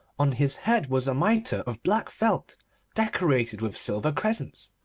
on his head was a mitre of black felt decorated with silver crescents.